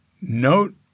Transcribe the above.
note